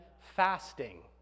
fasting